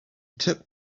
took